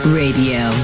radio